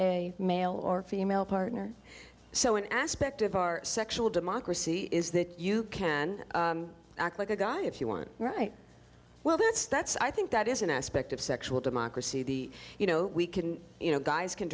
a male or female partner so an aspect of our sexual democracy is that you can act like a guy if you want right well that's that's i think that is an aspect of sexual democracy the you know we can you know guys can